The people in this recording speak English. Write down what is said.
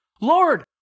Lord